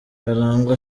karangwa